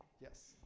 Yes